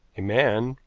a man,